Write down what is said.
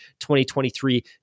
2023